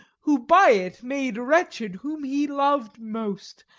who by it made wretched whom he loved most,